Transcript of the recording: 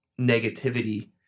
negativity